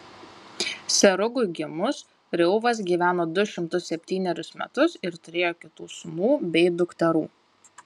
serugui gimus reuvas gyveno du šimtus septynerius metus ir turėjo kitų sūnų bei dukterų